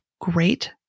great